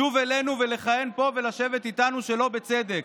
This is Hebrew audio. לשוב אלינו ולכהן פה ולשבת איתנו שלא בצדק.